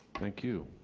thank you.